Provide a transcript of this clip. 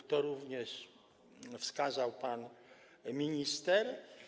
Na to również wskazał pan minister.